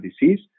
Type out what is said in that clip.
disease